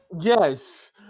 Yes